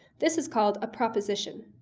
this is called a proposition.